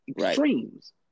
extremes